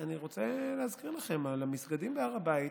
אני רוצה להזכיר לכם: המסגדים בהר הבית,